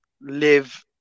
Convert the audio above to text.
live